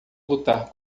lutar